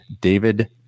David